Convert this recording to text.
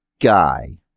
Guy